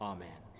Amen